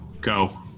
Go